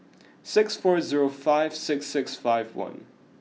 six four zero five six six five one